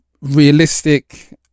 realistic